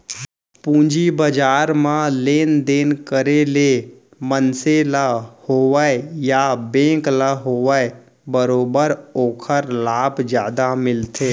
पूंजी बजार म लेन देन करे ले मनसे ल होवय या बेंक ल होवय बरोबर ओखर लाभ जादा मिलथे